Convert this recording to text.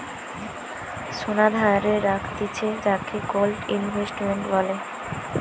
সোনা ধারে রাখতিছে যাকে গোল্ড ইনভেস্টমেন্ট বলে